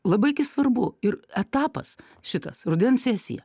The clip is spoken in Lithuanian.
labai gi svarbu ir etapas šitas rudens sesija